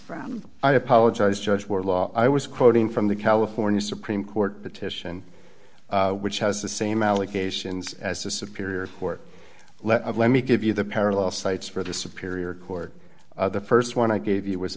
from i apologize judge were law i was quoting from the california supreme court petition which has the same allegations as a superior court let of let me give you the parallel cites for the superior court the st one i gave you was